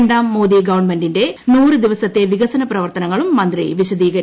രണ്ടാം മോദി ഗവൺമെന്റിന്റെ നൂറ് ദിവസത്തെ വികസന പ്രവർത്തനങ്ങളും മന്ത്രി വിശദീകരിച്ചു